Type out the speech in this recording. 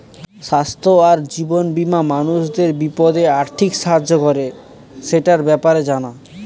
স্বাস্থ্য আর জীবন বীমা মানুষের বিপদে আর্থিক সাহায্য করে, সেটার ব্যাপারে জানা